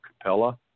Capella